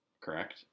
correct